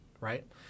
right